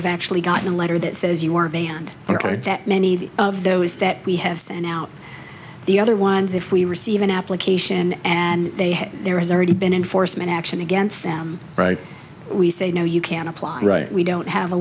have actually gotten a letter that says you are banned or that many of those that we have sent out the other ones if we receive an application and they have there has already been enforcement action against them we say no you can apply right we don't have a